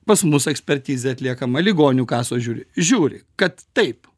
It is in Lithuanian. pas mus ekspertizė atliekama ligonių kasos žiūri žiūri kad taip